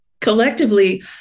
collectively